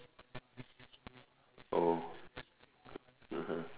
oh (uh huh)